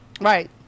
Right